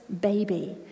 baby